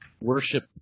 worship